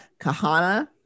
Kahana